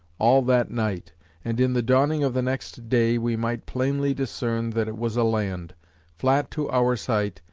all that night and in the dawning of the next day, we might plainly discern that it was a land flat to our sight,